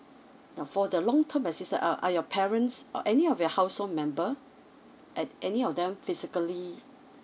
now for the long term assistant uh are your parents uh any of your household member an~ any of them physically